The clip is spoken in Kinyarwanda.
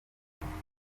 imikino